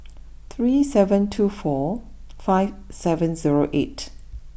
three seven two four five seven zero eight